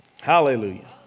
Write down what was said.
Hallelujah